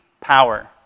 power